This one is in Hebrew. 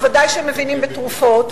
ודאי שהם מבינים בתרופות,